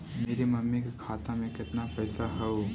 मेरा मामी के खाता में कितना पैसा हेउ?